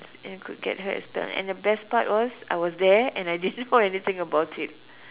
and could get her expelled and the best part was I was there and I didn't know anything about it